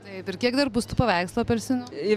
taip ir kiek dar bus tų paveikslų apelsinų